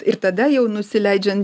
ir tada jau nusileidžiant